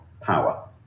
power